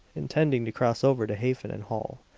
intending to cross over to hafen and holl,